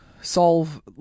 solve